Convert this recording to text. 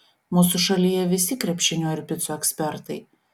mūsų šalyje visi krepšinio ir picų ekspertai